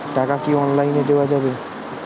টাকা কি অনলাইনে দেওয়া যাবে?